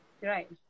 Right